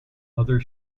other